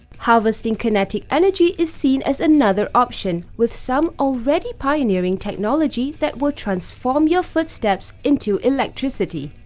harvesting kinetic energy is seen as another option, with some already pioneering technology that will transform your footsteps into electricity.